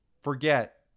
forget